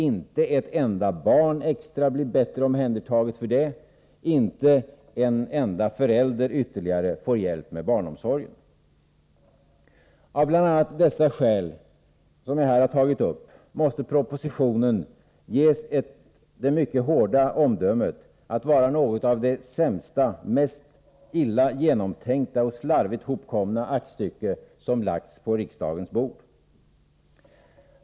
Inte ett enda barn extra blir bättre omhändertaget för det, inte en enda förälder ytterligare får hjälp med barnomsorgen. Av bl.a. de skäl som jag här har tagit upp måste propositionen ges det mycket hårda omdömet att vara något av det sämsta, mest illa genomtänkta och slarvigt hopkomna aktstycke som lagts på riksdagens bord.